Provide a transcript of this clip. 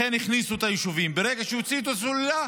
לכן הכניסו את היישובים, ברגע שהוציאו את הסוללה,